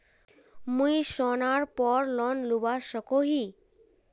मुई सोनार पोर लोन लुबा सकोहो ही?